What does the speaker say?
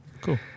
Cool